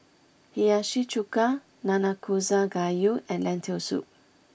Hiyashi Chuka Nanakusa Gayu and Lentil Soup